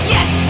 Yes